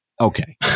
Okay